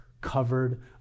covered